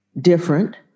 different